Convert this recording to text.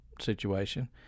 situation